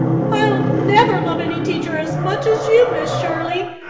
i'll never love any teacher as much as you, miss shirley,